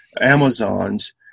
Amazons